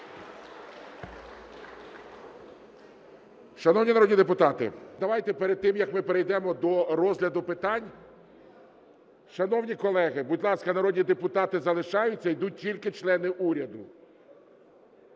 їхнього розгляду. Але давайте перед тим, як ми перейдемо до розгляду питань… Шановні колеги, будь ласка, народні депутати залишаються. Йдуть тільки члени уряду.